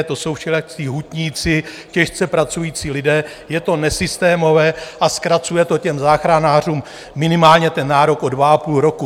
To jsou všelijací hutníci, těžce pracující lidé, je to nesystémové a zkracuje to těm záchranářům minimálně ten nárok o dva a půl roku.